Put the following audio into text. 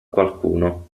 qualcuno